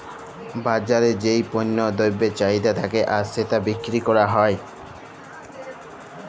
বাজারে যেই পল্য দ্রব্যের চাহিদা থাক্যে আর সেটা বিক্রি ক্যরা হ্যয়